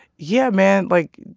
yeah, man like,